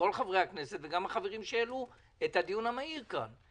כל חברי הכנסת וגם החברים שהעלו את הדיון המהיר כאן,